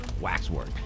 Waxwork